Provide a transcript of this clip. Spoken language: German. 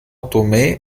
tomé